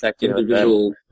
individual